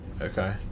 Okay